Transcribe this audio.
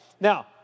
Now